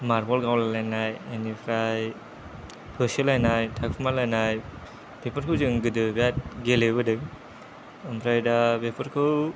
मारबल गावलायनाय बिनिफ्राय होसोलायनाय थाखुमालायनाय बेफोरखौ जों गोदो बिराद गेलेबोदों ओमफ्राय दा बेफोरखौ